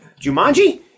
Jumanji